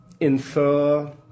infer